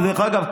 ודרך אגב,